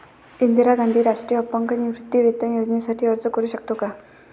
इंदिरा गांधी राष्ट्रीय अपंग निवृत्तीवेतन योजनेसाठी अर्ज करू शकतो का?